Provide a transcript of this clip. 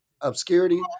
obscurity